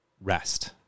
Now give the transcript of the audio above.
rest